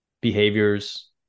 behaviors